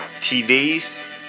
TVs